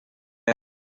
del